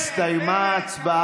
ההצבעה הסתיימה.